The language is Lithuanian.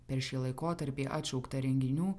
per šį laikotarpį atšaukta renginių